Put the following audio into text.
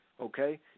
okay